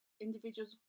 individual's